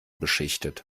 beschichtet